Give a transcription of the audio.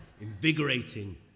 invigorating